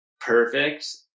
perfect